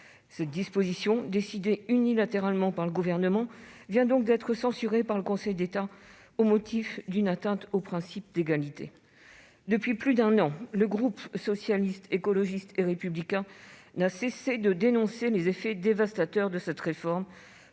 Cette disposition retenue unilatéralement par le Gouvernement vient d'être censurée par le Conseil d'État au motif d'une atteinte au principe d'égalité. Depuis plus d'un an, le groupe Socialiste, Écologiste et Républicain n'a cessé de dénoncer les effets dévastateurs de cette réforme